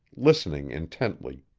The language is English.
listening intently.